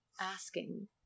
asking